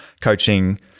coaching